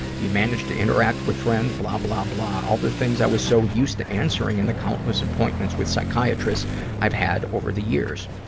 do you manage to interact with friends, blah, blah, blah. all the things i was so used to answering in the countless appointments with psychiatrists i've had over the years.